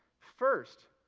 first,